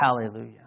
Hallelujah